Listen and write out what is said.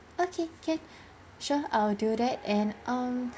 okay can sure I will do that and um